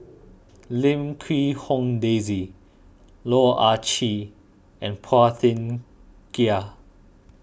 Lim Quee Hong Daisy Loh Ah Chee and Phua Thin Kiay